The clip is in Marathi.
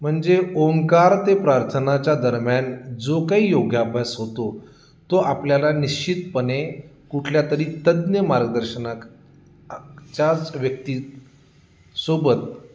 म्हणजे ओमकार ते प्रार्थनाच्या दरम्यान जो काही योगाभ्यास होतो तो आपल्याला निश्चितपणे कुठल्या तरी तज्ज्ञ मार्गदर्शनाक च्याच व्यक्ती सोबत